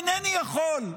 אינני יכול,